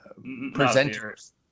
presenters